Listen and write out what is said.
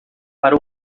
para